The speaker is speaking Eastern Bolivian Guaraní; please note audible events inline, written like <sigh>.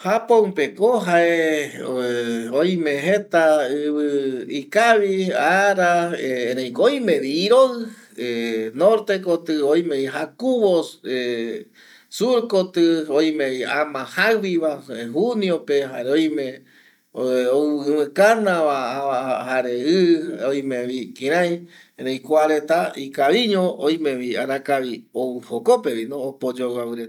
Japonpeko jae <hesitation> oime jeta ɨvɨ ikavi, ara ëreiko oimevi iroɨ <hesitation> norte kotɨ oimevi jakuvo <hesitation> surkotɨ oimevi ama jaɨviva juniope jare oime ɨvɨkanava jare ɨ oimevi kirai erei kuareta ikaviño oimevi ou arakavi ou jokopevino opa oyoavɨavɨ reta